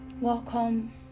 welcome